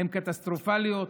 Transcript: הן קטסטרופליות,